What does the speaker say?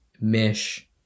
mesh